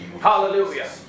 Hallelujah